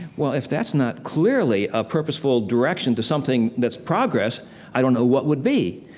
well, if that's not clearly a purposeful direction to something that's progress i don't know what would be.